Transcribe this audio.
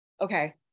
okay